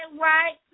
right